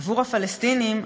עבור הפלסטינים,